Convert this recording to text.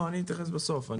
לא, אני אתייחס בסוף.